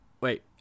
wait